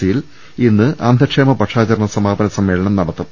സിയിൽ ഇന്ന് അന്ധക്ഷേമ പക്ഷാചരണ സമാ പന സമ്മേളനം നടത്തും